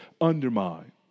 undermine